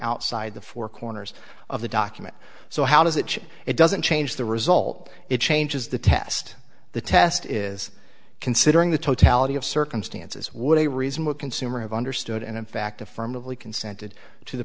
outside the four corners of the document so how does it change it doesn't change the result it changes the test the test is considering the totality of circumstances would a reasonable consumer have understood and in fact affirmatively consented to the